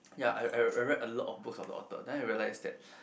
ya I I I read a lot of books of the author then I realise that